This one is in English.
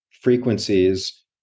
frequencies